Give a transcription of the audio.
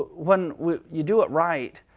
when when you do it right,